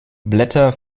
blätter